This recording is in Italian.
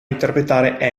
interpretare